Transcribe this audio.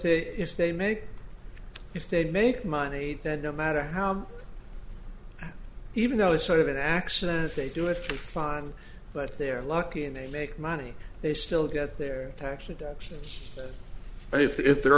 the if they make if they make money that no matter how even though it's sort of an access they do it for fun but they're lucky and they make money they still get their tax deductions but if there